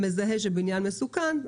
שמזהה שבניין מסוכן,